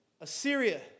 Assyria